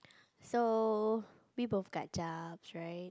so we both got jobs right